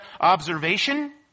observation